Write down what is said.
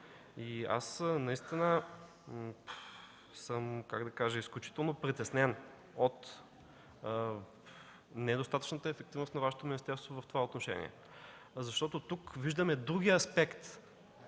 И наистина съм изключително притеснен от недостатъчната ефективност на Вашето министерство в това отношение. Защото тук виждаме другия аспект